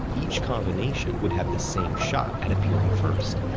each combination would have the same shot at appearing first.